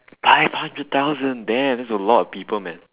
five hundred thousand damn there's a lot of people man